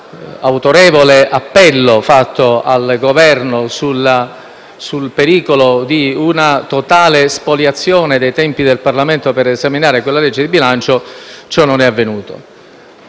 autorevole appello, fatto al Governo sul pericolo di una totale spoliazione dei tempi del Parlamento per esaminare quel provvedimento, è rimasto